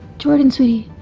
jordan sweetie,